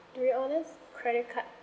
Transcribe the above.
to be honest credit card